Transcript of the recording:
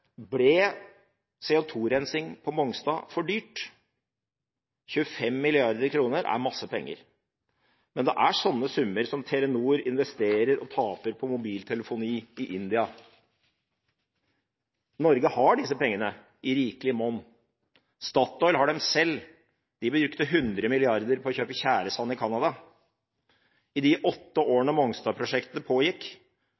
Ble CO2-rensing på Mongstad for dyrt? 25 mrd. kr er masse penger, men det er sånne summer som Telenor investerer og taper på mobiltelefoni i India. Norge har disse pengene – i rikelig monn. Statoil har dem selv. De brukte 100 mrd. kr på å kjøpe tjæresand i Canada. I de åtte